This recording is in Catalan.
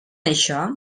això